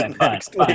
next